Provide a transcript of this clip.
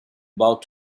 about